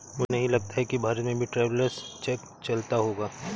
मुझे नहीं लगता कि भारत में भी ट्रैवलर्स चेक चलता होगा